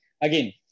again